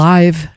Live